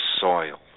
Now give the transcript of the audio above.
soil